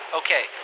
okay